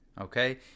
Okay